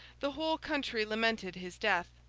the whole country lamented his death.